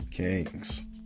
kings